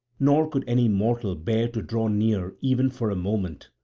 nor could any mortal bear to draw near even for a moment,